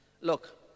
Look